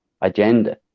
agenda